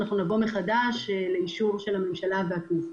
אנחנו נבוא מחדש לקבל אישור של הממשלה והכנסת.